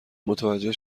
متوجه